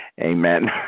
Amen